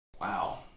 Wow